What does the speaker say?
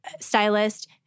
stylist